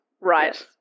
right